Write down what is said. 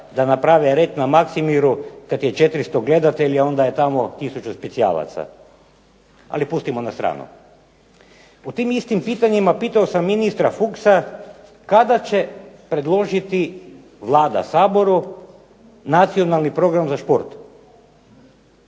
da naprave red na Maksimiru kada je 400 gledatelja, onda je tamo tisuću specijalaca. Ali pustimo na stranu. U tim istim pitanjima pitao sam ministra Fuchsa, kada će predložiti Vlada Saboru Nacionalni program za šport?